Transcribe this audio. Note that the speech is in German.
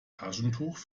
taschentuch